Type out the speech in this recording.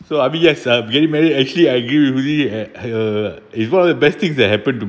so I mean yes uh getting married actually arguably eh uh is one of the best thing that happened to